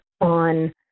on